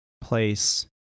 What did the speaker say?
place